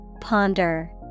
Ponder